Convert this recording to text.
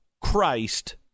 Christ